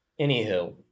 Anywho